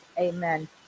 Amen